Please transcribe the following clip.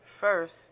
First